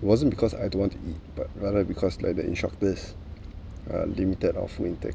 wasn't because I don't want to eat but rather because like the instructors uh limited our food in take